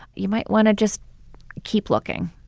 you might want to just keep looking